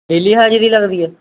daily ਹਾਜ਼ਰੀ ਲੱਗਦੀ ਹੈ